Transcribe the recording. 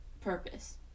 purpose